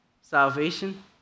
salvation